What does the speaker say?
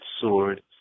sword